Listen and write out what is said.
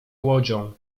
łodzią